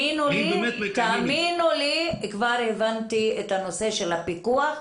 תאמינו לי שכבר הבנתי את הנושא של הפיקוח.